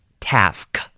Task